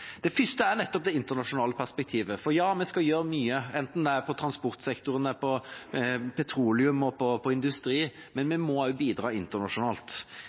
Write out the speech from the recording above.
Det første er nettopp det internasjonale perspektivet, for vi skal gjøre mye, enten det gjelder transportsektoren, petroleum eller industri, men vi må også bidra internasjonalt.